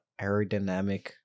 aerodynamic